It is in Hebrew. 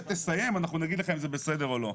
שתסיים אנחנו נגיד לך אם זה בסדר או לא.